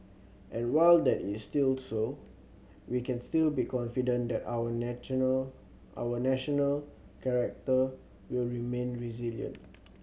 and while that is still so we can still be confident that our our national character will remain resilient